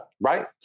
Right